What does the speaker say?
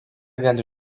gali